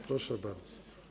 Proszę bardzo.